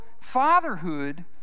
fatherhood